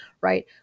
right